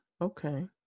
Okay